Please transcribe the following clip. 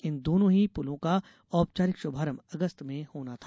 इन दोनों ही पुलों का औपचारिक शुभारंभ अगस्त में होना था